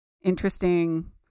interesting